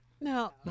No